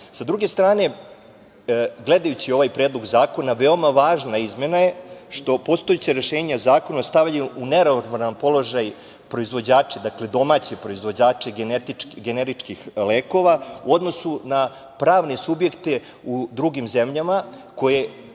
druge strane, gledajući ovaj predlog zakona veoma važna izmena je što postojeća rešenja zakona stavljaju u neravnopravan položaj proizvođače, dakle, domaće proizvođače, generičkih lekova u odnosu na pravne subjekte u drugim zemljama koje,